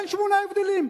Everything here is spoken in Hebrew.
אין שמונה הבדלים.